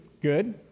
Good